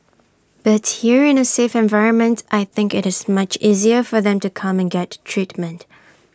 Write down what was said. but here in A safe environment I think IT is much easier for them to come and get treatment